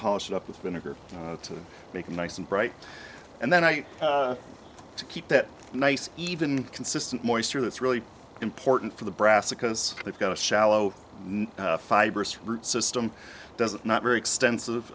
polish it up with vinegar to make it nice and bright and then i to keep it nice even consistent moisture that's really important for the brassicas they've got a shallow fibrous root system doesn't not very extensive